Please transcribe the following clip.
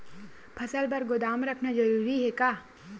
फसल बर गोदाम रखना जरूरी हे का?